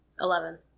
Eleven